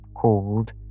Called